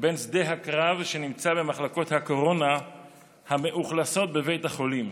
לבין שדה הקרב שנמצא במחלקות הקורונה המאוכלסות בבית החולים.